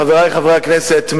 חברי חברי הכנסת,